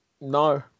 no